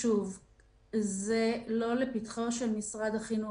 זה לא לפתחו של משרד החינוך.